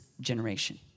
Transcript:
generation